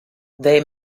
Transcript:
they